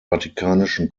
vatikanischen